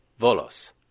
Volos